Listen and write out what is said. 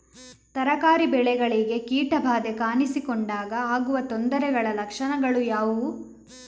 ತರಕಾರಿ ಬೆಳೆಗಳಿಗೆ ಕೀಟ ಬಾಧೆ ಕಾಣಿಸಿಕೊಂಡಾಗ ಆಗುವ ತೊಂದರೆಗಳ ಲಕ್ಷಣಗಳು ಯಾವುವು?